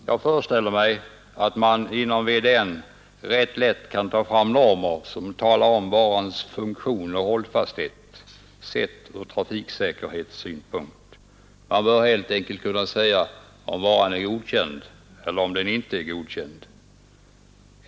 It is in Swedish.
Jag föreställer mig att man inom varudeklarationsnämnden ganska lätt kan presentera normer för varans funktion och hållfasthet, sett från trafiksäkerhetssynpunkt. Därmed bör man lätt kunna säga huruvida vara kan godkännas eller inte.